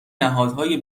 نهادهای